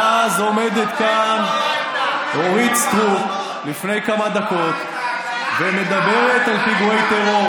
ואז עומדת כאן אורית סטרוק לפני כמה דקות ומדברת על פיגועי טרור.